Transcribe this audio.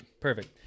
Perfect